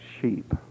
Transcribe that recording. sheep